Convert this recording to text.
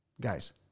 Guys